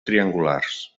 triangulars